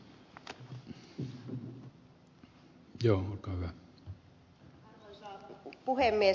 arvoisa puhemies